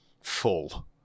full